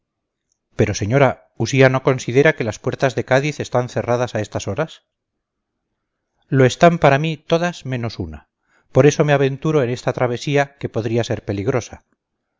pero señora usía no considera que las puertas de cádiz están cerradas a estas horas lo están para mí todas menos una por eso me aventuro en esta travesía que podría ser peligrosa